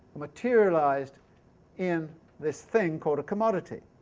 materialized in this thing called a commodity.